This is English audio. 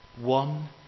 One